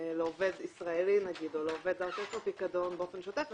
לעובד ישראלי או לעובד זר שיש לו פיקדון באופן שוטף,